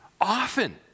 often